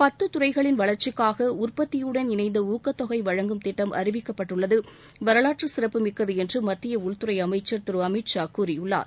பத்து துறைகளின் வளர்ச்சிக்காக உற்பத்தியுடன் இணைந்த ஊக்கத் தொகை வழங்கும் திட்டம் அறிவிக்கப்பட்டுள்ளது வரலாற்றுச் சிறப்பு மிக்கது என்று மத்திய உள்துறை அமைச்சர் திரு அமித் ஷா கூறியுள்ளார்